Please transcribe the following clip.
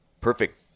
perfect